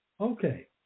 Okay